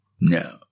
No